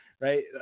right